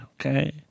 Okay